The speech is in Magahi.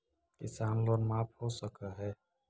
किसान लोन माफ हो सक है?